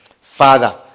Father